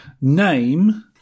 Name